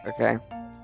Okay